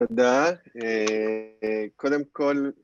‫תודה. קודם כול...